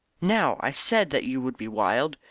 now, i said that you would be wild!